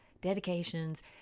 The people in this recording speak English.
dedications